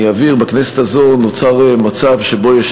אני אבהיר: בכנסת הזאת נוצר מצב שבו יש